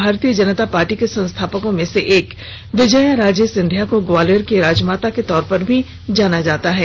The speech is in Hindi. भारतीय जनता पार्टी के संस्थापकों में से एक विजया राजे सिंधिया को ग्वालियर की राजमाता के तौर पर भी जाना जाता है